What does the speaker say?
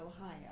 Ohio